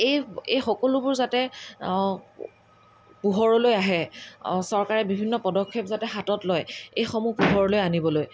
এই এই সকলোবোৰ যাতে পোহৰলৈ আহে চৰকাৰে বিভিন্ন পদক্ষেপ যাতে হাতত লয় এইসমূহ পোহৰলৈ আনিবলৈ